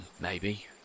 maybe